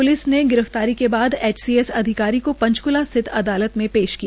police ने गिरफ्तारी के बाद एचसीएस अधिकारी को पंचकूला स्थित अदालत में पेश किया